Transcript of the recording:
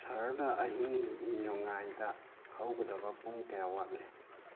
ꯁꯍꯔꯗ ꯑꯍꯤꯡ ꯅꯣꯡꯌꯥꯏꯗ ꯍꯧꯒꯗꯕ ꯄꯨꯡ ꯀꯌꯥ ꯋꯥꯠꯂꯤ